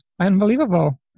unbelievable